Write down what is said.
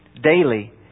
Daily